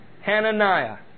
Hananiah